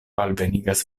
alvenigas